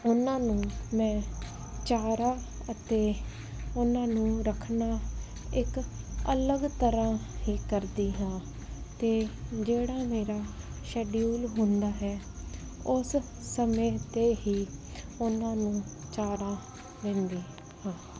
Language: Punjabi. ਉਹਨਾਂ ਨੂੰ ਮੈਂ ਚਾਰਾ ਅਤੇ ਉਹਨਾਂ ਨੂੰ ਰੱਖਣਾ ਇੱਕ ਅਲੱਗ ਤਰ੍ਹਾਂ ਹੀ ਕਰਦੀ ਹਾਂ ਅਤੇ ਜਿਹੜਾ ਮੇਰਾ ਸ਼ੈਡਿਊਲ ਹੁੰਦਾ ਹੈ ਉਸ ਸਮੇਂ 'ਤੇ ਹੀ ਉਹਨਾਂ ਨੂੰ ਚਾਰਾ ਦਿੰਦੀ ਹਾਂ